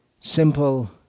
simple